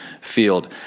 field